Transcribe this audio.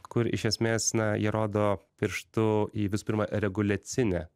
kur iš esmės na jie rodo pirštu į visų pirma reguliacinę